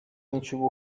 ничего